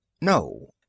No